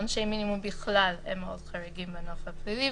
עונשי מינימום בכלל הם מאוד חריגים בנוף הפלילי,